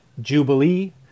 jubilee